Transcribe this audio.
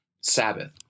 Sabbath